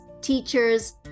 teachers